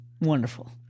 Wonderful